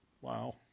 Wow